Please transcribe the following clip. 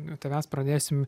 nuo tavęs pradėsim